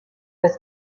was